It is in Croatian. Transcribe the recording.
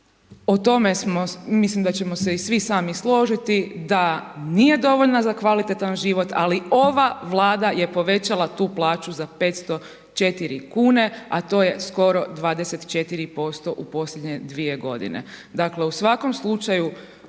o tome smo se, mislim da ćemo se i svi sami složiti da nije dovoljna za kvalitetan život, ali ova Vlada je povećala tu plaću za 504 kune, a to je skoro 24% u posljednje dvije godine. Dakle, u svakom slučaju